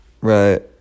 right